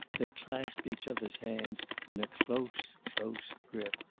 they clasped each other's hand in a close, close grip.